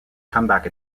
comeback